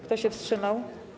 Kto się wstrzymał?